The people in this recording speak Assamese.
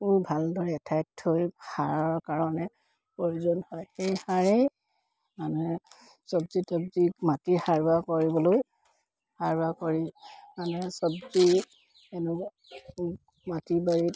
ভালদৰে এঠাইত থৈ সাৰৰ কাৰণে প্ৰয়োজন হয় সেই সাৰেই মানুহে চব্জি তব্জি মাটি সাৰুৱা কৰিবলৈ সাৰুৱা কৰি মানুহে চব্জি এনেকুৱা মাটি বাৰীত